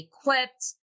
equipped